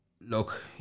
Look